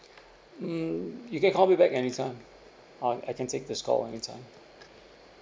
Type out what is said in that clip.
mm you can call me back anytime um I can take this call anytime